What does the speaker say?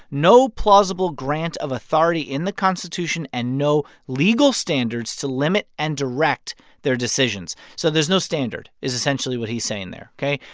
no plausible grant of authority in the constitution and no legal standards to limit and direct their decisions. so there's no standard is essentially what he's saying there, ok?